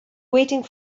waiting